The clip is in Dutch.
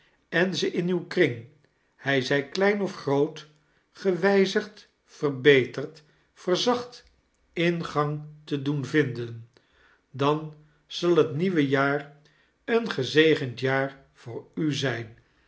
en ze in uw kring hij zij klein of groot gewijzigd verbeterd verzacht ingang te doen vinden dan zal het nieuwe jaar een gezegend jaar voor u zijn